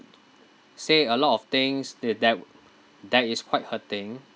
say a lot of things th~ that that is quite hurting